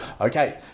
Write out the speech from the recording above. okay